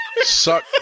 suck